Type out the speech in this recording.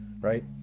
right